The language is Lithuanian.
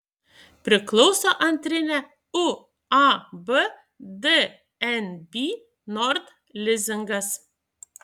priklauso antrinė uab dnb nord lizingas